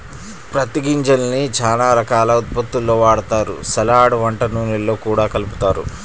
పత్తి గింజల్ని చానా రకాల ఉత్పత్తుల్లో వాడతారు, సలాడ్, వంట నూనెల్లో గూడా కలుపుతారు